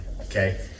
okay